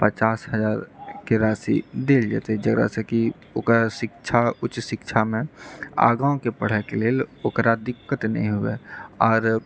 पचास हजारके राशि देल जेतै जकरासँ कि ओकर शिक्षा उच्च शिक्षामे आगाँके पढ़ाइके लेल ओकरा दिक्कत नहि हुए आर